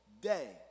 day